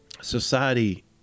society